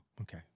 Okay